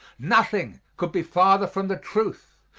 nothing could be farther from the truth.